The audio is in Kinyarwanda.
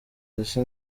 ese